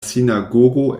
sinagogo